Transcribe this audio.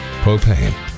Propane